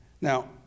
Now